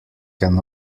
can